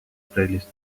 playlist